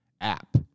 app